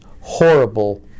horrible